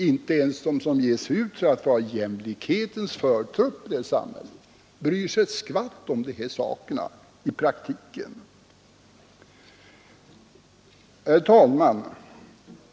Inte ens de som ger sig ut för att vara jämlikhetens förtrupp i det här samhället tycks bry sig ett skvatt om de här sakerna i praktiken. Herr talman!